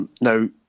Now